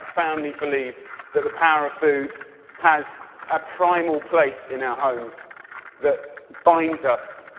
profoundly believe that the power of food has a primal place in our homes that binds us